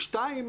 ושתיים,